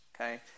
Okay